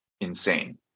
insane